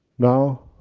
now,